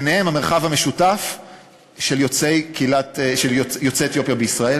וביניהם המרחב המשותף של יוצאי אתיופיה בישראל.